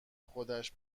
خودش